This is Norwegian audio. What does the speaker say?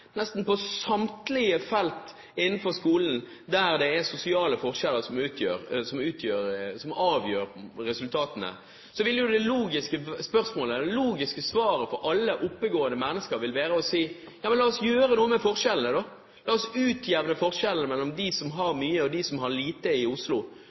Nesten på samtlige felt innenfor skolen der det er sosiale forskjeller som avgjør resultatene, vil det logiske svaret for alle oppegående mennesker være å si: Men la oss gjøre noe med forskjellene, da! La oss utjevne forskjellene mellom dem som har mye og dem som har lite i Oslo,